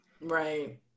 Right